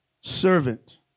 servant